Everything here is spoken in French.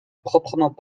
proprement